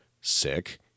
sick